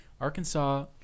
Arkansas